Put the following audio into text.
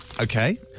Okay